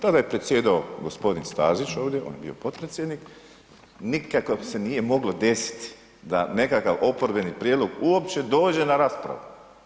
Tada je predsjedao g. Stazić ovdje, on je bio potpredsjednik, nikako se nije moglo desit da nekakav oporbeni prijedlog uopće dođe na raspravu.